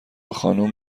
خانوم